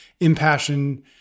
impassioned